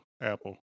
Apple